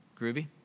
Groovy